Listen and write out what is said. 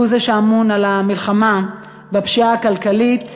שהוא זה שאמון על המלחמה בפשיעה הכלכלית,